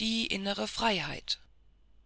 die innere freiheit